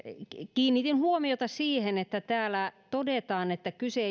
kiinnitin huomiota siihen että täällä todetaan että kyse